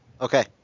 Okay